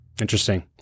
Interesting